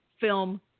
film